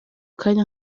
kanya